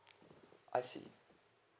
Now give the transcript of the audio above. I see